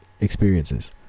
experiences